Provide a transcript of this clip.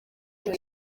icyo